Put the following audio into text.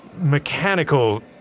mechanical